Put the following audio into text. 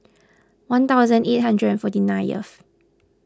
one thousand eight hundred and forty ninth